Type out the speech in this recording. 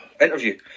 interview